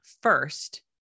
first